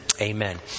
Amen